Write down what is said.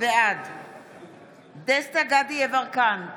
בעד דסטה גדי יברקן,